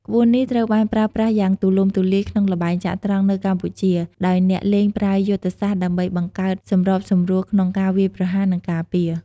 ក្បួននេះត្រូវបានប្រើប្រាស់យ៉ាងទូលំទូលាយក្នុងល្បែងចត្រង្គនៅកម្ពុជា ដោយអ្នកលេងប្រើយុទ្ធសាស្ត្រដើម្បីបង្កើតសម្របសម្រួលក្នុងការវាយប្រហារ និងការពារ។